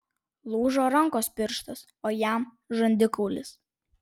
lūžo rankos pirštas o jam žandikaulis